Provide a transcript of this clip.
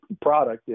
product